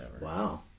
Wow